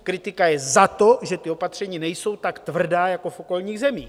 Kritika je za to, že ta opatření nejsou tak tvrdá jako v okolních zemích.